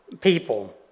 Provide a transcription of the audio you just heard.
people